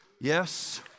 Yes